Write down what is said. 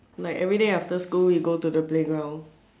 like everyday after school you'll go to the playground